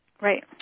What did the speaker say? Right